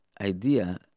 idea